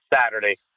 Saturday